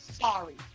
sorry